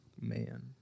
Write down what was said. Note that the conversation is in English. Man